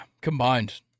Combined